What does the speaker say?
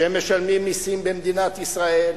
שמשלמים מסים במדינת ישראל,